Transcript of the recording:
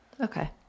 Okay